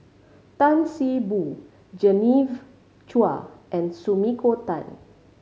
Tan See Boo Genevieve Chua and Sumiko Tan